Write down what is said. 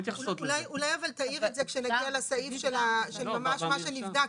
אולי אבל תעיר את זה כשנגיע לסעיף של ממש מה שנבדק,